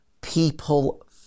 People